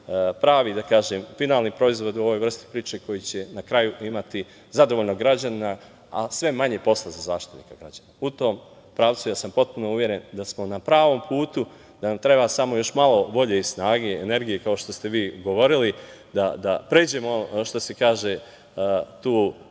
pravi finalni proizvod u ovoj vrsti priče koji će na kraju imati zadovoljnog građanina, a sve manje posla za Zaštitnika građana.U tom pravcu ja sam potpuno uveren da smo na pravom putu, da nam treba još samo malo volje, snage i energije, kao što ste vi govorili, da pređemo tu tačku u